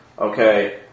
Okay